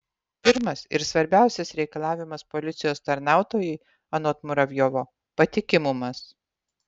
pirmas ir svarbiausias reikalavimas policijos tarnautojui anot muravjovo patikimumas